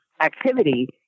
activity